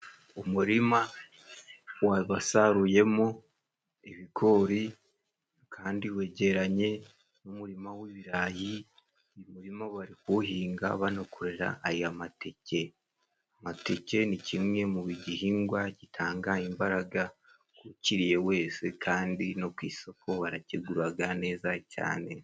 Umurima wobasaruyemo ibigori kandi wegeranye n'umurima w'ibirayi, kuwuhinga banakorera aya mateke, amateke ni kimwe mu bigihingwa gitanga imbaraga kuwu kiriye wese kandi no ku isoko barakiguraga neza cyane.